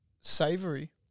Savory